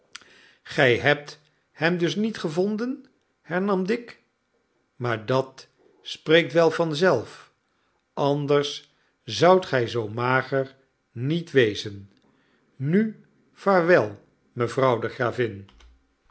gij hebt hem dus niet gevonden hernam dick maar dat spreekt wel van zelf anders zoudt gij zoo mager niet wezen nu vaarwel mevrouw de gravin